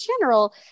general